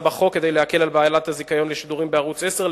בחוק כדי להקל על בעלת הזיכיון לשידורים בערוץ-10.